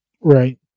Right